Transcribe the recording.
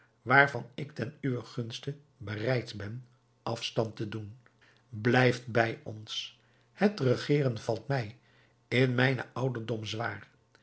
waarvan ik ten uwen gunste bereid ben afstand te doen blijft bij ons het regeren valt mij in mijnen ouderdom zwaar